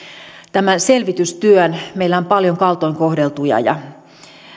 tämän selvitystyön meillä on paljon kaltoin kohdeltuja ja